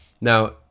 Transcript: Now